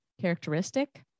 characteristic